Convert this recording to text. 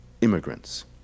immigrants